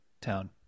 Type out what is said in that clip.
town